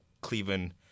Cleveland